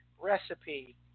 recipe